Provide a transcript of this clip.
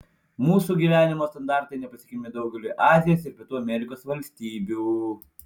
mūsų gyvenimo standartai nepasiekiami daugeliui azijos ir pietų amerikos valstybių